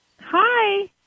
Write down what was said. Hi